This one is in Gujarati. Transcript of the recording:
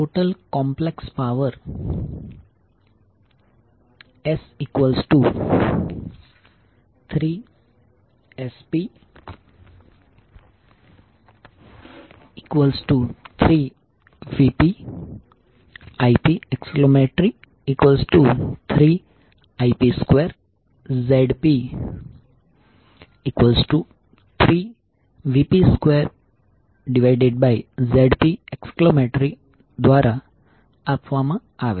ટોટલ કોમ્પ્લેક્સ પાવર S3Sp3VpIp3Ip2Zp3Vp2Zp દ્વારા આપવામાં આવે છે